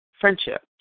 friendship